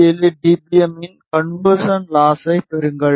77டிபி இன் கன்வெர்சன் லாஸை பெறுங்கள்